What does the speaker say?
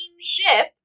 ship